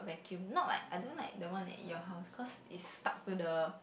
vacuum not like I don't like the one that your house because is stuck to the